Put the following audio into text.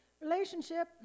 Relationship